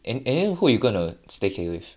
a~ and then who you gonna staycay with